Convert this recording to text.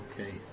Okay